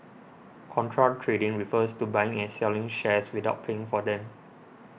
contra trading refers to buying and selling shares without paying for them